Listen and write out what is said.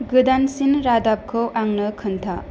गोदानसिन रादाबखौ आंनो खोन्था